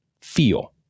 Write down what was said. feel